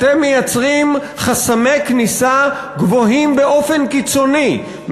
אתם מייצרים חסמי כניסה גבוהים באופן קיצוני,